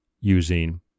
using